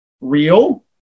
real